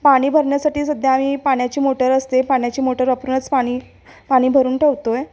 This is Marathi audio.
पाणी भरण्यासाठी सध्या आम्ही पाण्याची मोटर असते पाण्याची मोटर वापरूनच पाणी पाणी भरून ठेवतो आहे